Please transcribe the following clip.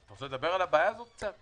אתה רוצה לדבר על הבעיה הזאת קצת?